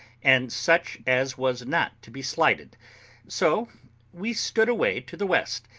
and such as was not to be slighted so we stood away to the west,